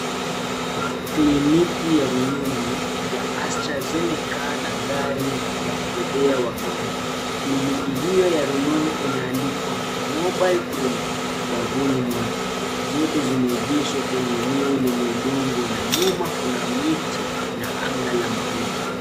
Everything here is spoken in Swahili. Kliniki ya rununu ya astrazeneka na gari la kubebea wagonjwa. Kliniki hio ya rununu imeandikwa, mobile clinic, ubavuni mwake. Zote zimeegeshwa kwenye eneo lenye udongo na nyuma kuna miti na anga la mawingu.